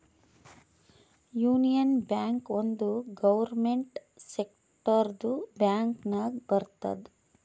union Bank ಒಂದ್ government ಸೆಕ್ಟರ್ದು bank ನಾಗ್ ಬರ್ತುದ್